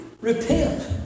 Repent